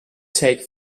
take